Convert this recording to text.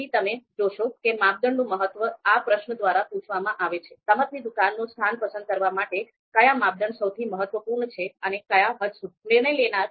તેથી તમે જોશો કે માપદંડનું મહત્વ આ પ્રશ્ન દ્વારા પૂછવામાં આવે છે રમતની દુકાનનું સ્થાન પસંદ કરવા માટે કયા માપદંડ સૌથી મહત્વપૂર્ણ છે અને કયા હદ સુધી